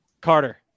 Carter